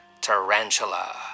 Tarantula